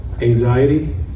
anxiety